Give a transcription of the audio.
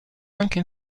anche